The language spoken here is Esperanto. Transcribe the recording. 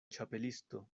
ĉapelisto